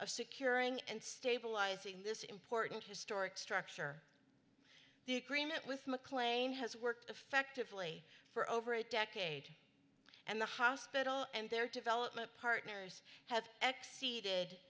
of securing and stabilizing this important historic structure the agreement with mclean has worked effectively for over a decade and the hospital and their development partners have acceded